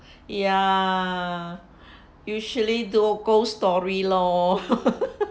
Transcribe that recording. ya usually those ghost story lor